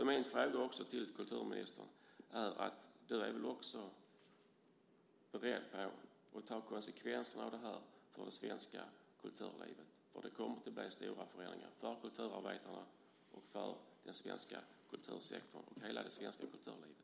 Min fråga till kulturministern är: Du är väl också beredd att ta konsekvenserna av det här för det svenska kulturlivet, för det kommer att bli stora förändringar för kulturarbetarna och för den svenska kultursektorn och hela det svenska kulturlivet?